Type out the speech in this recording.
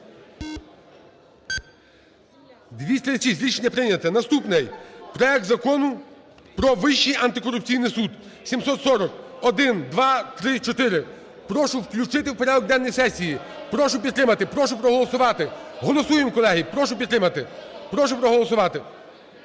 За-236 Рішення прийнято. Наступний, проект Закону про Вищий антикорупційний суд ( 7440, -1,-2, -3, -4). Прошу включити у порядок денний сесії. Прошу підтримати, прошу голосувати. Голосуємо, колеги. Прошу підтримати, прошу проголосувати.